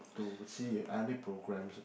to see if any programs or